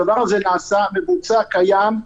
הדבר הזה נעשה, מבוצע וקיים.